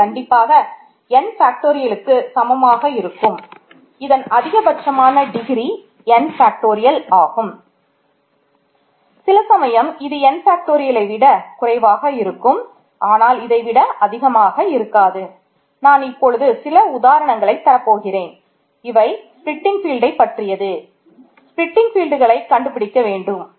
இது கண்டிப்பாக n ஃபேக்டோரியலுக்கு கண்டுபிடிக்க வேண்டும்